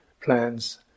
plans